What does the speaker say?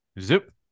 zip